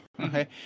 okay